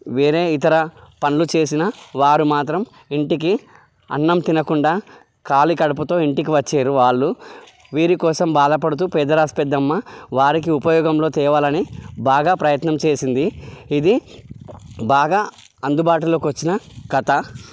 వేరే ఇతర పనులు చేసినా వారు మాత్రం ఇంటికి అన్నం తినకుండా ఖాళీ కడుపుతో ఇంటికి వచ్చేవారు వాళ్ళు వీరి కోసం బాధపడుతూ పేదరాశి పెద్దమ్మ వారికి ఉపయోగంలో తేవాలని బాగా ప్రయత్నం చేసింది ఇది బాగా అందుబాటులోకి వచ్చిన కథ